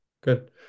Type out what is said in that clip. good